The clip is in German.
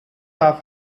war